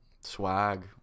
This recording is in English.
swag